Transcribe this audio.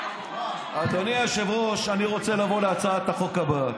אדוני היושב-ראש, אני רוצה לעבור להצעת החוק הבאה.